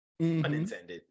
Unintended